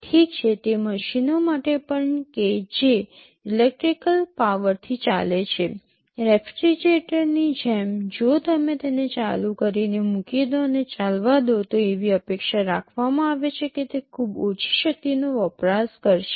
ઠીક છે તે મશીનો માટે પણ કે જે ઇલેક્ટ્રિક પાવરથી ચાલે છે રેફ્રિજરેટરની જેમ જો તમે તેને ચાલુ કરીને મૂકી દો અને ચાલવા દો તો એવી અપેક્ષા રાખવામાં આવે છે કે તે ખૂબ ઓછી શક્તિનો વપરાશ કરશે